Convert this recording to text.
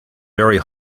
very